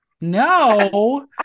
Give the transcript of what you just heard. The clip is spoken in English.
no